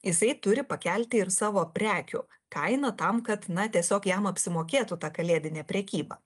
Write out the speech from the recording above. jisai turi pakelti ir savo prekių kainą tam kad na tiesiog jam apsimokėtų ta kalėdinė prekyba